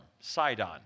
Sidon